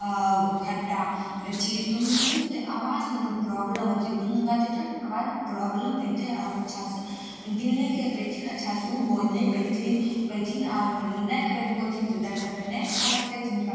खट्टा चीज तऽ हुनका की होतय आवाजमे ने प्रॉब्लम होइ छै गाना गाते टाइम आवाजमे प्रॉब्लम एतय आओर ओ अच्छासँ डील नहि कए पौथिन अच्छासँ उ बोल नहि पौथिन पौथिन आओर ने अगर बोलथिन तऽ दर्शकके नहि अच्छा लगतइ तऽ हिनकर